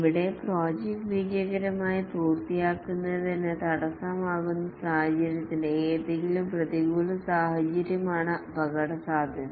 ഇവിടെ പ്രോജക്റ്റ് വിജയകരമായി പൂർത്തിയാക്കുന്നതിന് തടസ്സമാകുന്ന സാഹചര്യത്തിന്റെ ഏതെങ്കിലും പ്രതികൂല സാഹചര്യമാണ് അപകടസാധ്യത